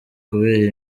kubera